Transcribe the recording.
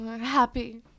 Happy